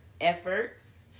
efforts